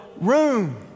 room